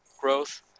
growth